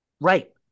Right